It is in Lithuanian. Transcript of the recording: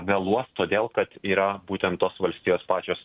vėluos todėl kad yra būtent tos valstijos pačios